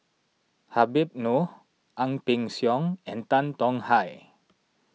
Habib Noh Ang Peng Siong and Tan Tong Hye